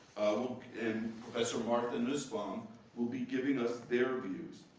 and professor martha nussbaum will be giving us their views.